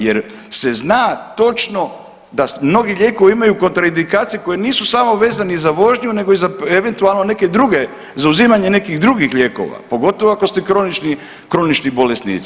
Jer se zna točno da mnogi lijekovi imaju kontraindikacije koje nisu samo vezani za vožnju nego i za eventualno neke druge za uzimanje nekih drugih lijekova, pogotovo ako ste kronični bolesnici.